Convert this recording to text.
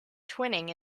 twinning